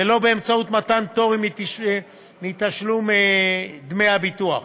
ולא באמצעות מתן פטורים מתשלום דמי הביטוח.